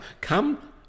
come